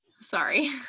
Sorry